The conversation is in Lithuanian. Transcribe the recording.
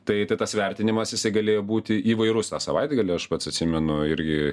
tai tai tas vertinimas jisai galėjo būti įvairus tą savaitgalį aš pats atsimenu irgi